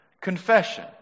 confession